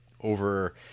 over